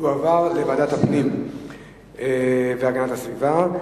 תועבר לוועדת הפנים והגנת הסביבה.